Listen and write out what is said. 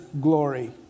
glory